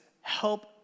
help